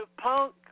punk